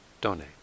donate